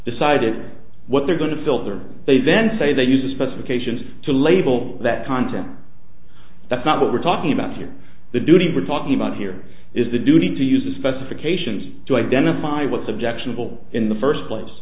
decided what they're going to filter they then say they use a specifications to label that content that's not what we're talking about is the duty we're talking about here is the duty to use the specifications to identify what's objectionable in the first place